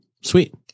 Sweet